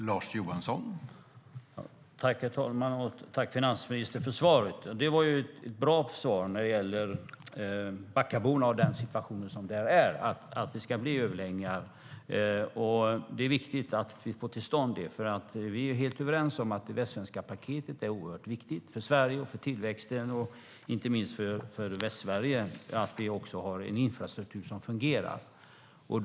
Herr talman! Tack, finansministern, för svaret! Det var ett bra svar att det ska bli överläggningar i fråga om situationen för Backaborna. Det är viktigt att vi får till stånd överläggningar. Vi är överens om att Västsvenska paketet är oerhört viktigt för Sverige, för tillväxten och inte minst att det finns en fungerande infrastruktur i Västsverige.